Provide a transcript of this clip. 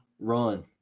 Run